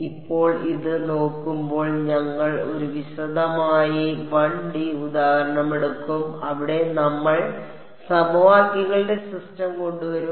ഇപ്പോൾ ഇത് നോക്കുമ്പോൾ ഞങ്ങൾ ഒരു വിശദമായ 1 ഡി ഉദാഹരണം എടുക്കും അവിടെ നമ്മൾ സമവാക്യങ്ങളുടെ സിസ്റ്റം കൊണ്ടുവരും